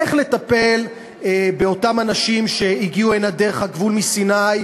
איך לטפל באותם אנשים שהגיעו הנה דרך הגבול מסיני,